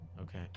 Okay